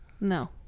No